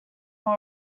will